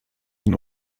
den